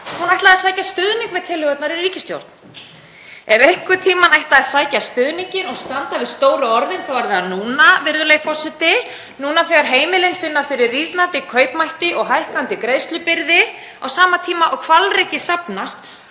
Hún ætlaði að sækja stuðning við tillögurnar í ríkisstjórn. Ef einhvern tímann ætti að sækja stuðninginn og standa við stóru orðin, þá er það núna, virðulegi forseti, núna þegar heimilin finna fyrir rýrnandi kaupmætti og hækkandi greiðslubyrði á meðan hvalreki safnast